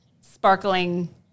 sparkling